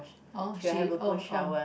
oh she oh oh